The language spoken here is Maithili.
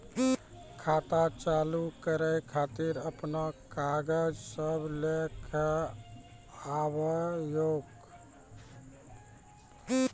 खाता चालू करै खातिर आपन कागज सब लै कऽ आबयोक?